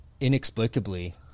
inexplicably